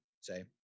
say